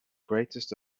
greatest